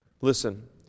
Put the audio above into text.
Listen